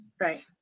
Right